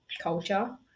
culture